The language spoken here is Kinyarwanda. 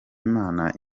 imana